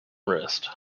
wrist